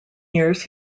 years